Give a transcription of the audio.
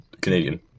Canadian